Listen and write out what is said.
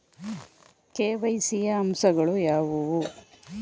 KYC ಯ ಅಂಶಗಳು ಯಾವುವು?